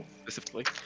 specifically